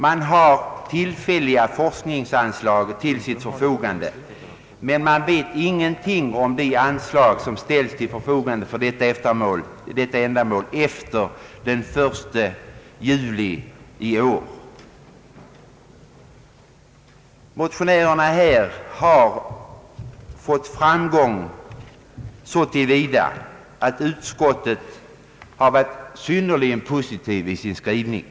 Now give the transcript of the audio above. Man har tillfälliga forskningsanslag till sitt förfogande, men man vet inte någonting om de anslag som kommer att ställas till förfogande för detta ändamål efter den 1 juli i år. Motionärerna har fått framgång så till vida att utskottet har varit synnerligen positivt i sin skrivning.